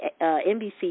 NBC